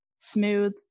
smooth